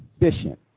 efficient